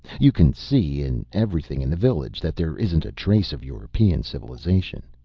you can see in everything in the village that there isn't a trace of european civilization.